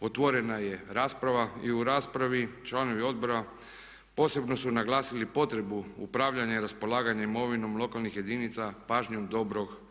otvorena je rasprava i u raspravi članovi Odbora posebno su naglasili potrebu upravljanja i raspolaganja imovinom lokalnih jedinica pažnjom dobrog gospodara